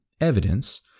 evidence